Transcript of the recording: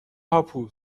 هاپو